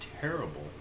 terrible